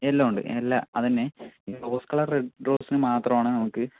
എല്ലാം ഉണ്ട് എല്ലാം അത് തന്നെ ഈ റോസ് കളർ റെഡ് റോസിനു മാത്രമാണ് നമുക്ക്